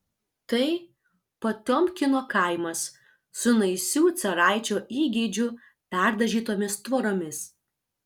tai potiomkino kaimas su naisių caraičio įgeidžiu perdažytomis tvoromis